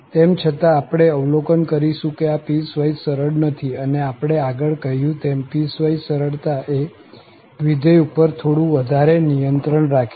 તેમ છતાં આપણે અવલોકન કરીશું કે આ પીસવાઈસ સરળ નથી અને આપણે આગળ કહ્યું તેમ પીસવાઈસ સરળતા એ વિધેય ઉપર થોડું વધારે નિયંત્રણ રાખે છે